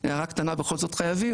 הערה קטנה בכל זאת חייבים,